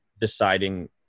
deciding